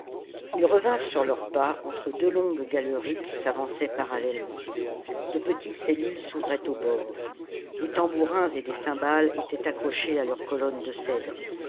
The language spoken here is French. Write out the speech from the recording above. ils revinrent sur leurs pas entre deux longues galeries qui s'avançaient parallèlement de petites cellules s'ouvraient au bord des tambourins et des cymbales étaient accrochés à leurs colonnes de cèdre